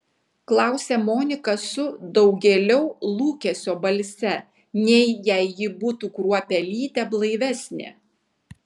klausia monika su daugėliau lūkesio balse nei jei ji būtų kruopelytę blaivesnė